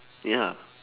ya